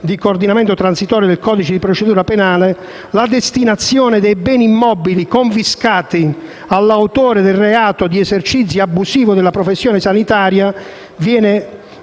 di coordinamento e transitorie del codice di procedura penale, la destinazione dei beni immobili confiscati all'autore del reato di esercizio abusivo della professione sanitaria al